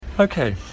Okay